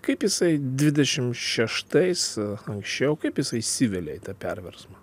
kaip jisai dvidešim šeštais anksčiau kaip jisai įsivelia į tą perversmą